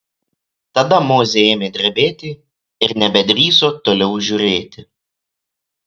tada mozė ėmė drebėti ir nebedrįso toliau žiūrėti